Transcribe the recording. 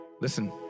Listen